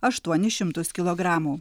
aštuonis šimtus kilogramų